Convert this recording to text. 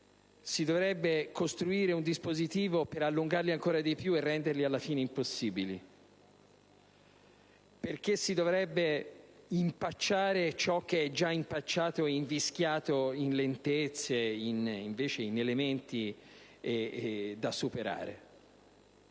si dovrebbe costruire un dispositivo per allungarli ancora di più e renderli alla fine impossibili? Perché si dovrebbe impacciare ciò che è già impacciato e invischiato in lentezze e in elementi da superare?